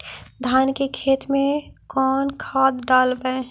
धान के खेत में कौन खाद डालबै?